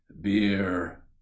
beer